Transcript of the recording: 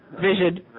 vision